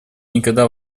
никогда